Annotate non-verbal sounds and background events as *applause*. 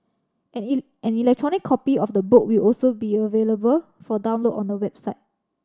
an *unintelligible* an electronic copy of the book will also be available for download on the website